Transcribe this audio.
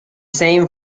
same